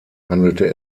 handelte